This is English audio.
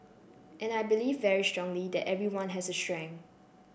and I believe very strongly that everyone has a strength